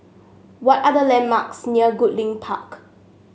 what are the landmarks near Goodlink Park